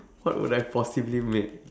what would I possibly make